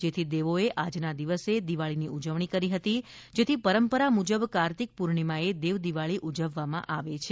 જેથી દેવોએ આજના દિવસે દિવાળીની ઉજવણી કરી હતી જેથી પરંપરા મુજબ કાર્તિક પૂર્ણિમાએ દેવદિવાળી ઉજવવામાં આવે છે